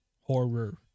horror